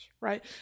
right